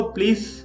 Please